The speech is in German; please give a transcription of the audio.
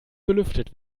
belüftet